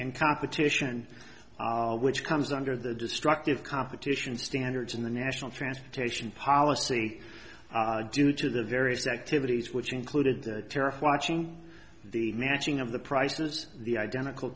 in competition which comes under the destructive competition standards in the national transportation policy due to the various activities which included the tariff watching the matching of the prices the identical